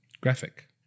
graphic